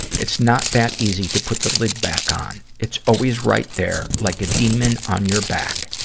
it's not that easy to put the lid back on. it's always right there, like a demon on your back.